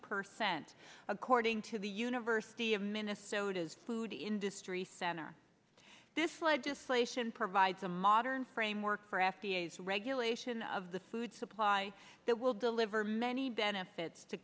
per cent according to the university of minnesota's food industry center this legislation provides a modern framework for f d a regulation of the food supply that will deliver many benefits to